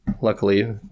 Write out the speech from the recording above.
Luckily